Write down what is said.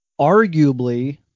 arguably